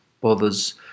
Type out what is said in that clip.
bothers